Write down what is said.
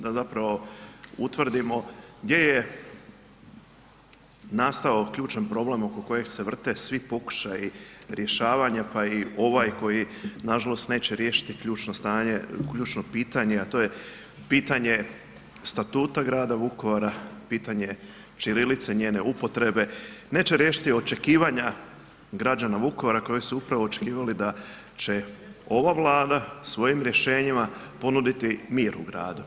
Da zapravo utvrdimo gdje je nastao ključan problem oko kojeg se vrte svi pokušaji rješavanja pa i ovaj koji nažalost neće riješiti ključno stanje, ključno pitanje, a to je pitanje Statuta grada Vukovara, pitanje ćirilice njene uporabe, neće riješiti očekivanja građana Vukovara koji su upravo očekivali da će ova Vlada svojim rješenjima ponuditi mir u gradu.